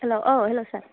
hello औ हेल्ल' सार